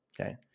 Okay